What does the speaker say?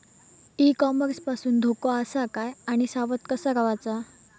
E commerce पासून धोको आसा काय आणि सावध कसा रवाचा?